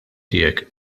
tiegħek